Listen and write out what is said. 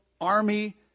army